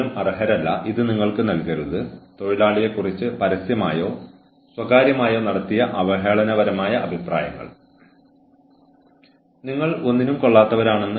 ഒരിക്കലും ഒരു അച്ചടക്ക സെഷൻ നെഗറ്റീവ് നോട്ടിൽ അവസാനിപ്പിച്ച് നിങ്ങൾ മോശമാണ് നിങ്ങൾ ഇങ്ങനെയാണ് എന്നൊക്കെ പറയരുത്